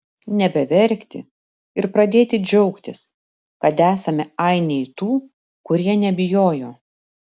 nebeverkti ir pradėti džiaugtis kad esame ainiai tų kurie nebijojo